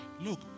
Look